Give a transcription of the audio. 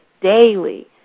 daily